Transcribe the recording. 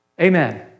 Amen